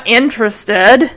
interested